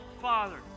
Father